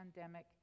pandemic